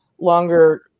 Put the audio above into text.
longer